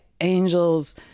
angels